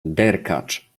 derkacz